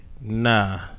Nah